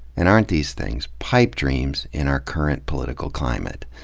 and aren't these things pipe dreams in our current political climate?